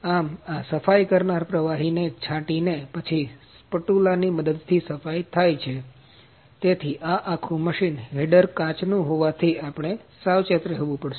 આમ આ સફાઈ કરનારા પ્રવાહીને છાંટીને પછી સ્પટુલા ની મદદથી સફાઈ થાય છે તેથી આ આખું મશીન હેડર કાચનું હોવાથી આપણે સાવચેત રહેવું પડશે